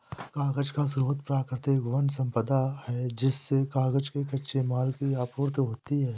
कागज का स्रोत प्राकृतिक वन सम्पदा है जिससे कागज के कच्चे माल की आपूर्ति होती है